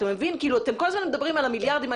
אתם כל הזמן מדברים על מיליארדים,